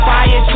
Fire